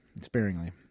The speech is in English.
sparingly